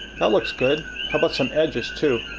that looks good. how about some edges too.